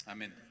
Amen